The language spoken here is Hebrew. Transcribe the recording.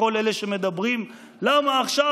לכל אלה שאומרים: למה עכשיו,